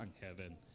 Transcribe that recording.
heaven